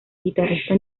guitarrista